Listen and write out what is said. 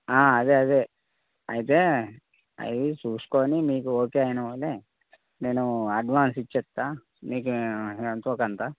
అదే అదే అయితే అవి చూసుకొని మీకు ఓకే అయినా ఓలే నేను అడ్వాన్స్ ఇచ్చేస్తా మీకు ఎంతోకంతా